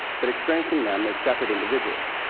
but experiencing them as separate individuals.